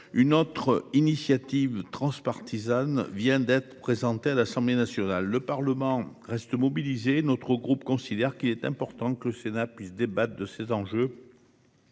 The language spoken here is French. Une autre initiative transpartisane vient d'être présenté à l'Assemblée nationale le Parlement reste mobilisés notre groupe considère qu'il est important que le Sénat puisse débattre de ces enjeux.